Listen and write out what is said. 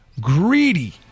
Greedy